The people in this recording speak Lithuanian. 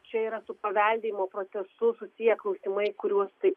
čia yra su paveldėjimo procesu susiję klausimai kuriuos taip